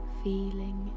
feeling